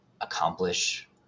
accomplish